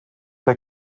der